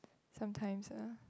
sometimes lah